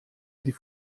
die